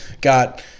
got